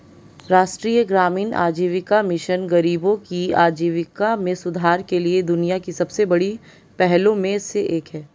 राष्ट्रीय ग्रामीण आजीविका मिशन गरीबों की आजीविका में सुधार के लिए दुनिया की सबसे बड़ी पहलों में से एक है